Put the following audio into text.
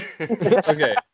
Okay